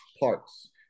parts